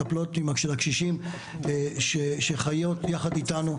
המטפלות של הקשישים שחיות יחד איתנו.